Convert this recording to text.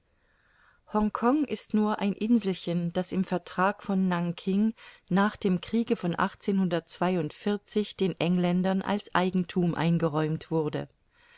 hongkong ist nur ein inselchen das im vertrag von nanking nach dem kriege von den engländern als eigenthum eingeräumt wurde